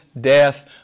death